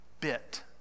bit